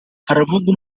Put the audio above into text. haravugwa